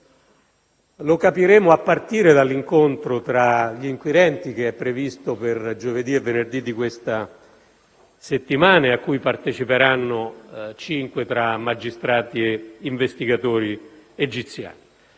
Lo capiremo a partire dall'incontro tra gli inquirenti, che è previsto per giovedì e venerdì di questa settimana e a cui parteciperanno cinque tra magistrati e investigatori egiziani.